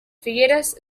figueres